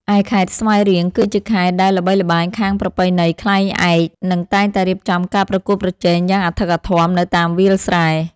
ឯខេត្តស្វាយរៀង គឺជាខេត្តដែលល្បីល្បាញខាងប្រពៃណីខ្លែងឯក និងតែងតែរៀបចំការប្រកួតប្រជែងយ៉ាងអធិកអធមនៅតាមវាលស្រែ។